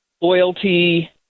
loyalty